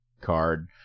card